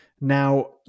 now